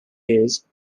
use